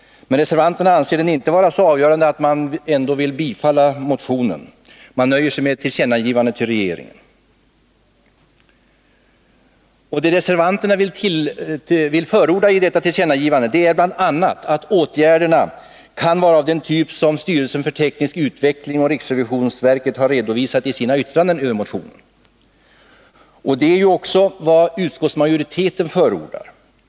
Men reservanterna anser den ändå inte vara så avgörande att de vill yrka bifall till motionen. De nöjer sig med ett tillkännagivande till regeringen. Det reservanterna vill förorda i detta tillkännagivande är bl.a. att åtgärderna ”kan vara av den typ som STU och RRV redovisar i sina yttranden”. Detta är ju också vad utskottsmajoriteten förordar.